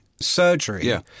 surgery